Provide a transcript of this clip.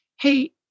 hey